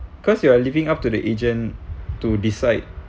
cause you are living up to the agent to decide